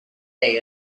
day